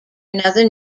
another